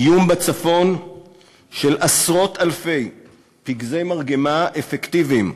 איום בצפון של עשרות-אלפי פגזי מרגמה אפקטיביים,